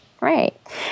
right